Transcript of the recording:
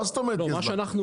מה זאת אומרת יש זמן?